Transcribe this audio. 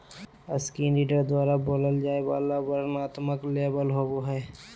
screen reader द्वारा बोलय जाय वला वर्णनात्मक लेबल होबो हइ